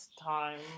time